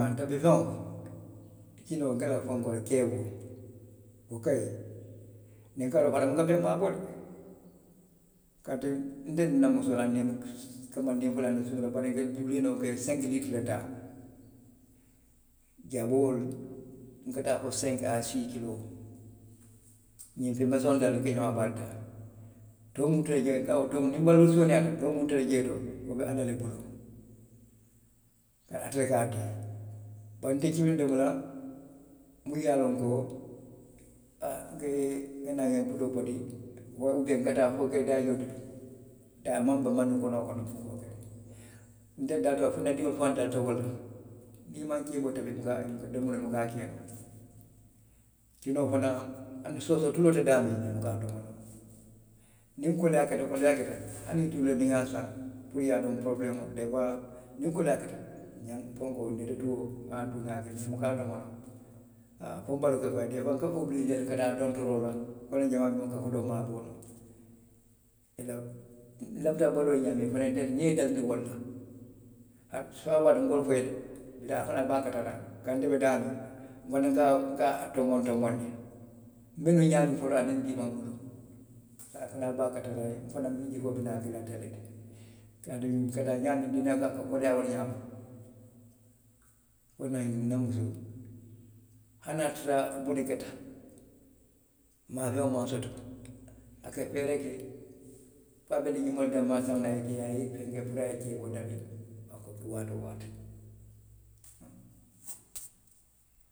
Aw, tabi fewo, kinoo, nka lafi fenkoo le la ceeboo. wo kayi. bari a buka few maaboo de. Kaatu nte niŋ na musoo, aniŋ ndiŋolu, kanbaandiŋ fula aniŋ sunkutundiŋo. bari nka i nuuriiri noo weeri senki liitiri dantaŋ. Jaboolu. nka taa le fo senki aa sii kiloo, ňiŋ feŋ meseŋolu daaali nka jamaa baa le taa. too muŋ tuta jee. ka wo niŋ baluo sooneyaata, too muŋ tuta jee to wo be ala le bulu. Ate le ka a dii. Bari nte kini domo la miŋ ye a loŋ ko. a, nke, nŋa naa nka kodoo bondi, nŋa taa nka daajio tuppi amaŋ kuŋ noo nkonoo kono, nbuka wo ke. Nte dalita fo na dindiŋolu faŋolu dalita wo la. Niŋ i maŋ ceeboo tabi, i buka, i buka domoroo, i buka a ke noo. Kinoo fanaŋ, hani soosoo, tuloo te daamiŋ. i buka a domo noo. Niŋ koleyaa keta, koleyaa keta. haani ňiŋ tulu wuleŋo niŋ nŋa saŋ, puru i ye a domo, porobuleemoo loŋ. Dee fuwaa. niŋ koleyaa keta, ňaŋ, netetuo. nŋa tuu nŋa ke haa, fo nbaloo ka faa i ye. Dee fuwaa nka obilisee le ka taa dontoroo la. wolaŋ na jamaa buka kodoo maaboo noo. I la, n lafita baluo la ňaamiŋ. nŋa i dalindi wo le la. waati woo waati nka wo le fo i ye de, bituŋ ali fanaŋ, ali be a kata la le. kaatu nte be daamiŋ. nfanaŋ, nka, nka a tonboŋ tonboŋ ne. Nbe nuŋ ňaamiŋ foloo, aniŋ bii maŋ muluŋ. Wo le ye a tinna ali be a kata la. Nfanaŋ jikoo bi naa ke la ali telu le ti. kaatu nka taa ňaamiŋ duniyaa ka koleyaa wo le ňaama. Wolaŋ na nna musoo. hani a ye a tara butu keta. maafeŋo maŋ soto, a ka feeree ke, fo a be feŋ meseŋolu danmaŋ ne saŋ na a ye i fenke puru a ye ceeboo tabi noo waati woo waati.